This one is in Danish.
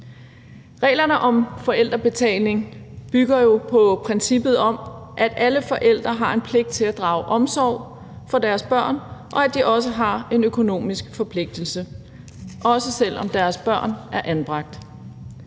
Reglerne om forældrebetaling bygger jo på princippet om, at alle forældre har en pligt til at drage omsorg for deres børn, og at de også har en økonomisk forpligtelse, også selv om deres børn er anbragt.